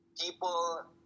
people